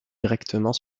directement